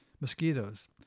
mosquitoes